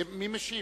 מי משיב?